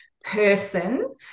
person